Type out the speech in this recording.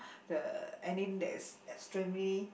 the ending that is extremely